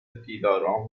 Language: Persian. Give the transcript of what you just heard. پیلارام